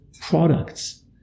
products